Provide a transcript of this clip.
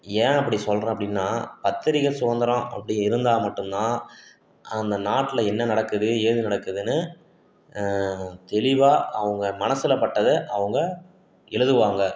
ஏன் அப்படி சொல்கிறேன் அப்படின்னா பத்திரிக்கை சுதந்திரம் அப்படி இருந்தால் மட்டும்தான் அந்த நாட்டில் என்ன நடக்குது ஏது நடக்குதுனு தெளிவாக அவங்க மனசுலப்பட்டதை அவங்க எழுதுவாங்க